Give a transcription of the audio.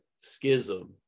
schism